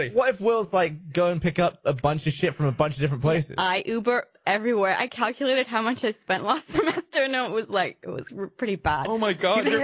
ah wife wills like go and pick up a bunch of shit from a bunch of different places i burped everywhere i calculated how much i spent last semester. no it was like it was pretty bad. oh my god